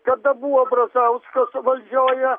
kada buvo brazauskas valdžioje